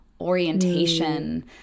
orientation